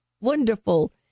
wonderful